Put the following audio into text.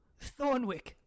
Thornwick